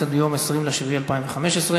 טיפול (תיקון מס' 2) (הרחבת ההגדרה "אלימות מילולית"),